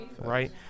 Right